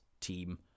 team